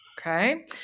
Okay